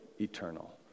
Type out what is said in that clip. eternal